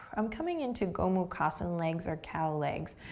i'm coming into gomukhasan legs or cow legs,